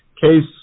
case